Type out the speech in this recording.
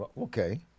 Okay